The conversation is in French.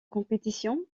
compétition